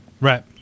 right